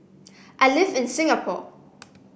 I live in Singapore